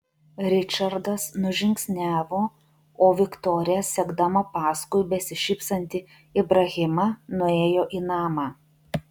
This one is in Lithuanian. ričardas nužingsniavo o viktorija sekdama paskui besišypsantį ibrahimą nuėjo į namą